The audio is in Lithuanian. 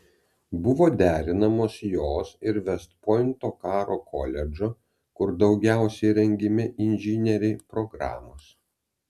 buvo derinamos jos ir vest pointo karo koledžo kur daugiausiai rengiami inžinieriai programos